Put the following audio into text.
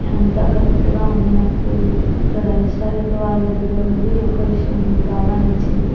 అంతా కరెక్టుగా ఉంది నాకు ఇక్కడ రెస్టారెంట్ వాళ్ళ దగ్గర నుండి ఒక్క విషయం బాగా నచ్చింది